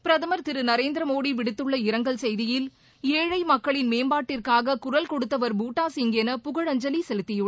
பிரதமர் திருநரேந்திரமோடிவிடுத்துள்ள இரங்கல் செய்தியில் ஏழமக்களின் மேம்பாட்டிற்காககுரல் கொடுத்தவர் பூட்டாசிங் என புகழஞ்சலிசெலுத்தியுள்ளார்